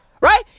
right